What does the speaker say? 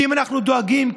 כי אם אנחנו דואגים,